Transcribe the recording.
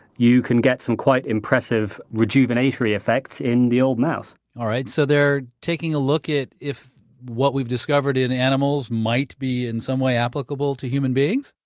you can get some quite impressive rejuvenatory effects in the old mouse all right, so they're taking a look at if what we've discovered in animals might be in some way applicable to human beings?